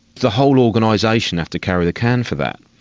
the whole organisation have to carry the can for that.